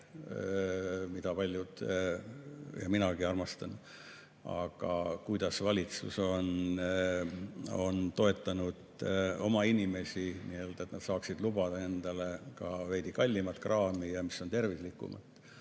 ja minagi armastan. Aga seda, kuidas valitsus on toetanud oma inimesi, et nad saaksid lubada endale ka veidi kallimat kraami, mis on tervislikum,